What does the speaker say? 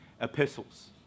epistles